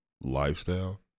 lifestyle